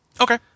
Okay